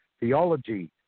theology